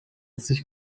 sich